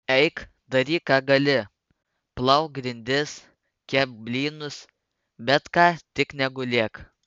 eik daryk ką gali plauk grindis kepk blynus bet ką tik negulėk